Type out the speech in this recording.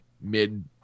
mid